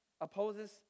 opposes